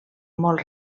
molt